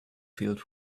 field